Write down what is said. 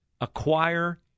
acquire